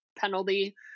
penalty